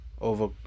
over